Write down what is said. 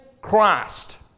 Christ